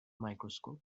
microscope